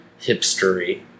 hipstery